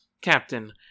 Captain